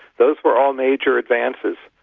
those were all major advances.